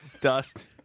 dust